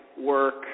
work